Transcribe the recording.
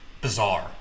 bizarre